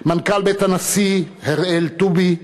מנכ"ל בית הנשיא הראל טובי,